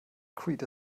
creed